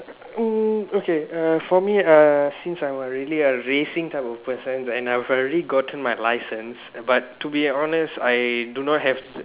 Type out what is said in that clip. oh okay uh for me uh since I'm really a racing type of person and I've already gotten my license but to be honest I do not have